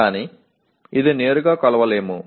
కానీ ఇది నేరుగా కొలవలేము